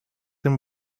him